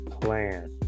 plan